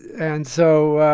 and so